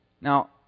now